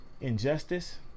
injustice